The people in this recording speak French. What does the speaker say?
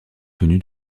tenu